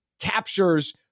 Captures